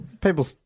People